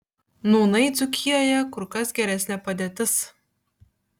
nūnai dzūkijoje kur kas geresnė padėtis